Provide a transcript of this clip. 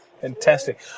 Fantastic